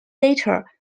data